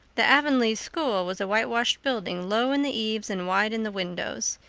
the avonlea school was a whitewashed building, low in the eaves and wide in the windows,